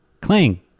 cling